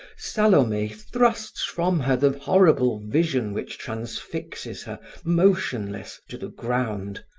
salome thrusts from her the horrible vision which transfixes her, motionless, to the ground.